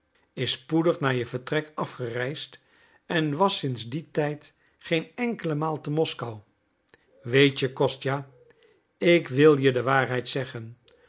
is spoedig na je vertrek afgereisd en was sinds dien tijd geen enkele maal te moskou weet je kostja ik wil je de waarheid zeggen